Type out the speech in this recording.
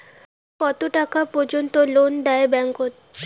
কত টাকা পর্যন্ত লোন দেয় ব্যাংক?